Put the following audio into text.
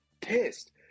pissed